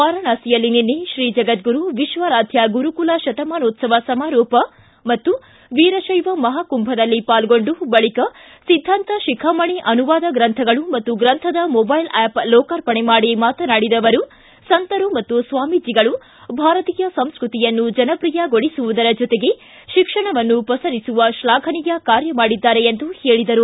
ವಾರಣಾಸಿಯಲ್ಲಿ ನಿನ್ನೆ ತ್ರೀ ಜಗದ್ಗುರು ವಿಶ್ವಾರಾಧ್ಯ ಗುರುಕುಲ ಶತಮಾನೋತ್ಸವ ಸಮಾರೋಪ ಮತ್ತು ವೀರಶೈವ ಮಹಾಕುಂಭದಲ್ಲಿ ಪಾಲ್ಗೊಂಡು ಬಳಿಕ ಸಿದ್ಧಾಂತ ಶಿಖಾಮಣಿ ಅನುವಾದ ಗ್ರಂಥಗಳು ಮತ್ತು ಗ್ರಂಥದ ಮೊಬೈಲ್ ಆ್ಯಪ್ ಲೋಕಾರ್ಪಣೆ ಮಾಡಿ ಮಾತನಾಡಿದ ಅವರು ಸಂತರು ಮತ್ತು ಸ್ವಾಮೀಜಗಳು ಭಾರತೀಯ ಸಂಸ್ಕೃತಿಯನ್ನು ಜನಪ್ರಿಯಗೊಳಿಸುವುದರ ಜೊತೆಗೆ ಶಿಕ್ಷಣವನ್ನು ಪಸರಿಸುವ ಶ್ಲಾಘನೀಯ ಕಾರ್ಯ ಮಾಡಿದ್ದಾರೆ ಎಂದು ಹೇಳಿದರು